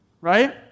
Right